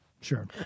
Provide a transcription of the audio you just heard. Sure